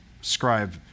scribe